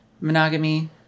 monogamy